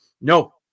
no